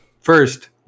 first